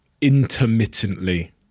intermittently